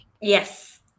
Yes